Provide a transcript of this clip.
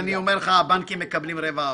הבנקים מקבלים רבע אחוז.